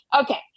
Okay